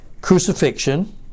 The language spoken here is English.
crucifixion